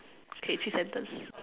okay three sentence